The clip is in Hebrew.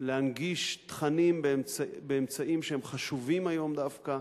להנגיש תכנים באמצעים שהם חשובים היום דווקא.